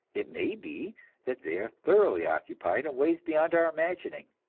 it may be that they are thoroughly occupied in ways beyond our imagining,